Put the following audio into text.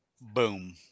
boom